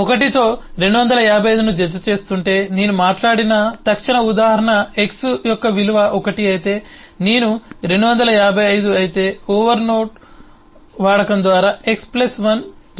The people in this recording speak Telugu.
1 తో 255 ను జతచేస్తుంటే నేను మాట్లాడిన తక్షణ ఉదాహరణ x యొక్క విలువ 1 అయితే నేను 255 అయితే ఓవర్ఫ్లో వాడకం ద్వారా x 1 0 అవుతుంది